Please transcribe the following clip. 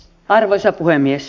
arvoisa puhemies